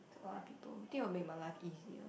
to other people think it will make my life easier